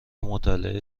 مطالعه